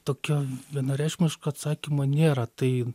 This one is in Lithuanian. tokio vienareikšmiško atsakymo nėra tai